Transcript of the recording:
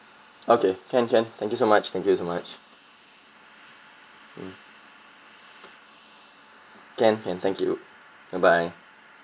okay can can thank you so much thank you so much mm can can thank you bye bye